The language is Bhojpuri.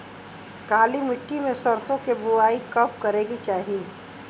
काली मिट्टी में सरसों के बुआई कब करे के चाही?